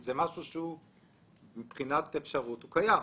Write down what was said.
זה משהו שמבחינת אפשרות הוא קיים,